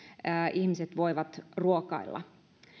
ihmiset voivat ruokailla